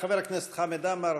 בבקשה, חבר הכנסת חמד עמאר